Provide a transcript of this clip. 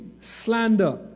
slander